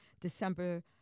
December